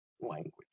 language